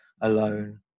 alone